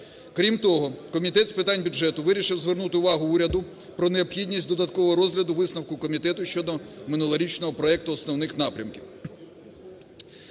Крім того, Комітет з питань бюджету вирішив звернути увагу уряду про необхідність додаткового розгляду висновку комітету щодо минулорічного проекту основних напрямків